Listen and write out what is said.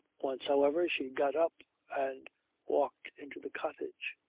once, however, she got up and walked into the cottage.